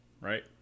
right